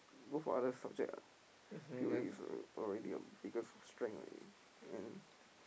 go for other subject lah P_O_A is the already your biggest strength already and